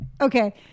Okay